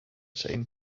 chain